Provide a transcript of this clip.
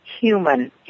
human